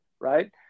right